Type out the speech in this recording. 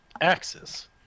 axes